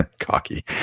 Cocky